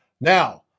Now